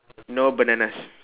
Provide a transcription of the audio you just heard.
no bananas